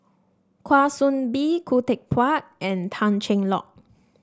Kwa Soon Bee Khoo Teck Puat and Tan Cheng Lock